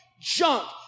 junk